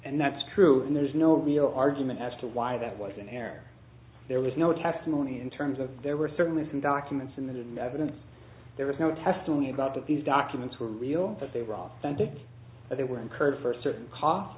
and that's true and there's no real argument as to why that was an error there was no testimony in terms of there were certainly some documents in the evidence there was no testimony about that these documents were real but they were authentic and they were incurred first certain costs